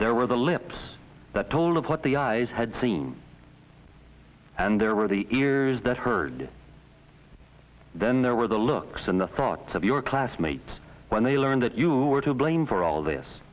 there were the lips that told of what the eyes had seen and there were the ears that heard then there were the looks and the thoughts of your classmates when they learned that you were to blame for all this